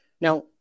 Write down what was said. Now